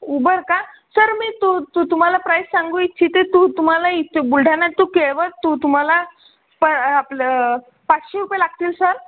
Uber का sir मी तु तु तुम्हाला प्राईस सांगू इच्छिते तु तुम्हाला इथे बुलढाणा टू केळवद तु तुम्हाला प आपलं पाचशे रुपये लागतील सर